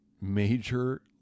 major